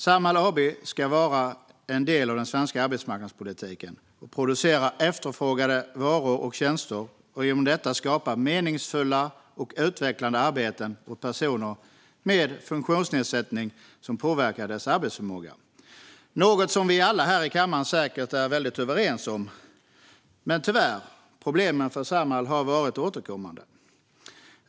Samhall AB ska vara en del av den svenska arbetsmarknadspolitiken och producera efterfrågade varor och tjänster och genom detta skapa meningsfulla och utvecklande arbeten åt personer som har en funktionsnedsättning som påverkar deras arbetsförmåga. Det är något som vi alla här i kammaren säkert är väldigt överens om. Men problemen för Samhall har tyvärr varit återkommande.